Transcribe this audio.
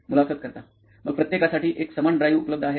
मुलाखत कर्ता मग प्रत्येकासाठी एक समान ड्राइव्ह उपलब्ध आहे का